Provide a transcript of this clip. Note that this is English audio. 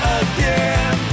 again